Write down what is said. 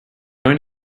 going